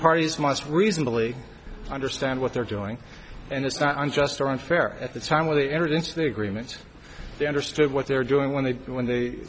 parties must reasonably understand what they're doing and it's not unjust or unfair at the time when they entered into the agreement they understood what they're doing when they when they